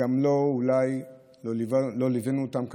אולי גם לא ליווינו אותם כראוי.